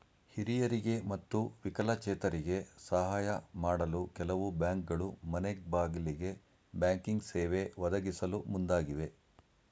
ಹಿರಿಯರಿಗೆ ಮತ್ತು ವಿಕಲಚೇತರಿಗೆ ಸಾಹಯ ಮಾಡಲು ಕೆಲವು ಬ್ಯಾಂಕ್ಗಳು ಮನೆಗ್ಬಾಗಿಲಿಗೆ ಬ್ಯಾಂಕಿಂಗ್ ಸೇವೆ ಒದಗಿಸಲು ಮುಂದಾಗಿವೆ